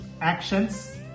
actions